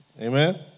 Amen